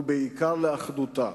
ובעיקר באחדותה.